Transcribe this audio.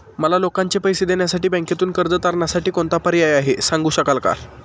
मला लोकांचे पैसे देण्यासाठी बँकेतून कर्ज तारणसाठी कोणता पर्याय आहे? सांगू शकता का?